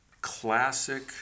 classic